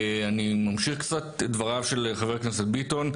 אני ממשיך קצת את דבריו של חבר הכנסת ביטון,